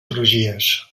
crugies